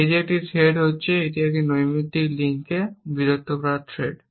এটি একটি থ্রেড হচ্ছে এটি এখানে এই নৈমিত্তিক লিঙ্কটিকে বিরক্ত করার থ্রেড